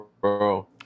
bro